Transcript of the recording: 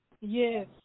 yes